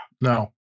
No